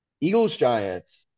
Eagles-Giants